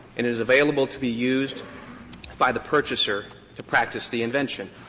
and it is available to be used by the purchaser to practice the invention.